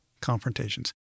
confrontations